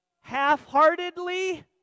half-heartedly